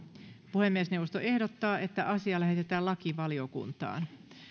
puhemiesneuvosto ehdottaa että asia lähetetään lakivaliokuntaan